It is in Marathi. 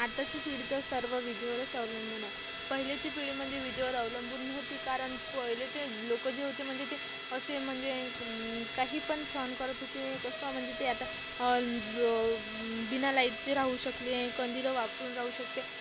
आताची पिढी तर सर्व विजेवरच अवलंबून आहे पहिलेची पिढी म्हणजे विजेवर अवलंबून नव्हती कारण पहिलेचे लोक जे होते म्हणजे ते असे म्हणजे काहीपण सहन करत होती कसं म्हणजे ते आता बिनालाईटचे राहू शकले कंदिल वापरून राहू शकते